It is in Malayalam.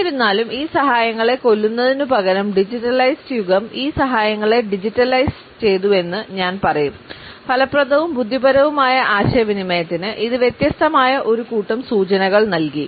എന്നിരുന്നാലും ഈ സഹായങ്ങളെ കൊല്ലുന്നതിനുപകരം ഡിജിറ്റലൈസ്ഡ് യുഗം ഈ സഹായങ്ങളെ ഡിജിറ്റലൈസ് ചെയ്തുവെന്ന് ഞാൻ പറയും ഫലപ്രദവും ബുദ്ധിപരവുമായ ആശയവിനിമയത്തിന് ഇത് വ്യത്യസ്തമായ ഒരു കൂട്ടം സൂചനകൾ നൽകി